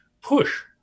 push